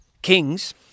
kings